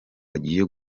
agiye